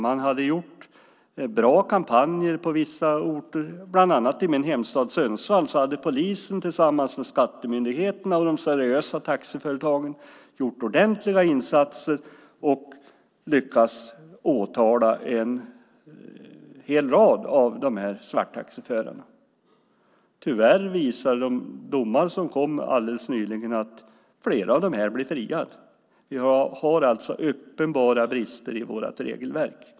Man hade gjort bra kampanjer på vissa orter, bland annat i min hemstad Sundsvall, där polisen tillsammans med skattemyndigheten och de seriösa taxiföretagen hade gjort ordentliga insatser och lyckats åtala en hel rad svarttaxiförare. Tyvärr innebar de domar som avkunnades alldeles nyligen att flera av dem friades. Vi har alltså uppenbara brister i vårt regelverk.